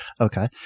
Okay